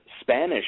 Spanish